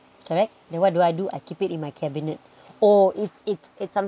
correct then what do I do I keep it in my cabinet oh it's it's it's